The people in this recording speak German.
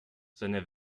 seine